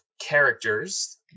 characters